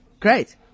Great